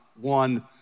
one